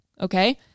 Okay